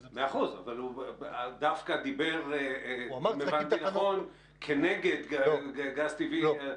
הוא דווקא דיבר, אם הבנתי נכון, כנגד גז טבעי.